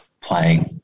playing